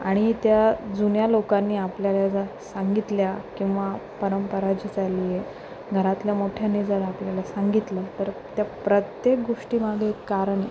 आणि त्या जुन्या लोकांनी आपल्याला जर सांगितल्या किंवा परंपरा जी चालली आहे घरातल्या मोठ्याने जर आपल्याला सांगितलं तर त्या प्रत्येक गोष्टीमागं एक कारण आहे